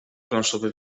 planszowe